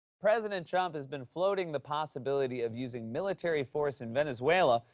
president trump has been floating the possibility of using military force in venezuela.